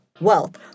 wealth